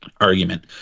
argument